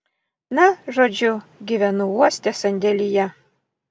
na žodžiu gyvenu uoste sandėlyje